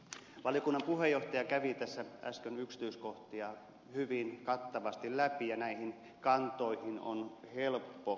valiokunnan puheenjohtaja kävi tässä äsken yksityiskohtia hyvin kattavasti läpi ja näihin kantoihin on helppo yhtyä